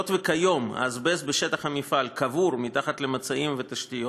היות שכיום האזבסט בשטח המפעל קבור מתחת למצעים ותשתיות,